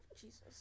Jesus